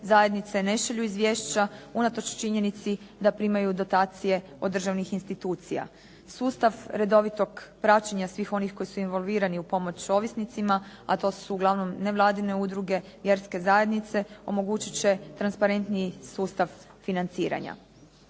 zajednice ne šalju izvješća unatoč činjenici da primaju dotacije od državnih institucija. Sustav redovitog praćenja svih onih koji su involvirali u pomoć ovisnicima, a to su uglavnom nevladine udruge, vjerske zajednice, omogućit će transparentniji sustav financiranja.